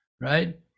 right